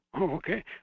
Okay